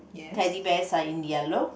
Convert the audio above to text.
Teddy Bears are in yellow